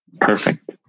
perfect